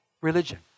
religion